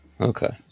Okay